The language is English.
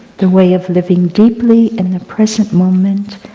the way of living deeply in the present moment